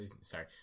Sorry